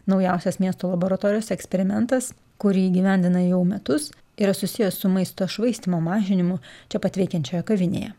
naujausias miesto laboratorijos eksperimentas kurį įgyvendina jau metus yra susiję su maisto švaistymo mažinimu čia pat veikiančioje kavinėje